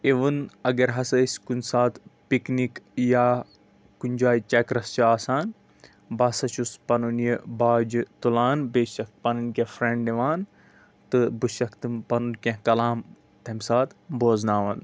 اِوٕن اگر ہَسا أسۍ کُنہِ ساتہٕ پِکنِک یا کُنہِ جایہِ چَکرَس چھِ آسان بہٕ ہَسا چھُس پَنُن یہِ باجہِ تُلان بیٚیہِ چھُسَکھ پَنٕنۍ کینٛہہ فرٛٮ۪نٛڈ نِوان تہٕ بہٕ چھُسَکھ تِم پَنُن کینٛہہ کلام تَمہِ ساتہٕ بوزناوان